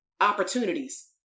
opportunities